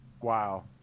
Wow